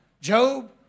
Job